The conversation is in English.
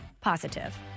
Positive